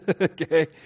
Okay